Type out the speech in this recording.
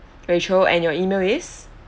rachel and your email is